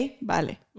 vale